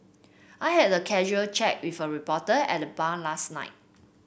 I had a casual chat with a reporter at the bar last night